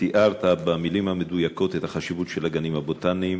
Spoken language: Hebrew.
שתיארת במילים המדויקות את החשיבות של הגנים הבוטניים.